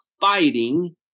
fighting